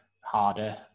harder